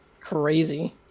crazy